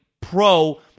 pro